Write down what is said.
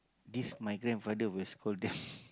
this my grandfather will scold them